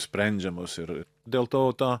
sprendžiamos ir dėl to ta